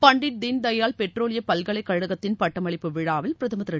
பண்டிட் தீன்தயாள் பெட்ரோலிய பல்கலைக்கழகத்தின் பட்டமளிப்பு விழாவில் பிரதமர் திரு